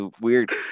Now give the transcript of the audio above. weird